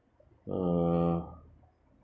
err